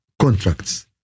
contracts